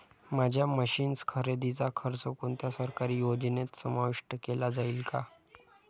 माझ्या मशीन्स खरेदीचा खर्च कोणत्या सरकारी योजनेत समाविष्ट केला जाईल का?